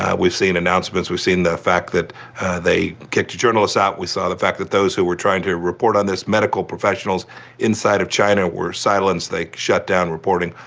um we've seen announcements, we've seen the fact that they kicked journalists out. we saw the fact that those who were trying to report on this medical professionals inside of china, were silenced. they shut down reporting,